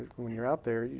when you're out there,